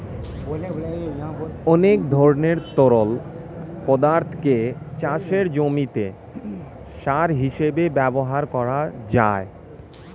অনেক ধরনের তরল পদার্থকে চাষের জমিতে সার হিসেবে ব্যবহার করা যায়